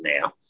now